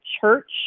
church